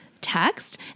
text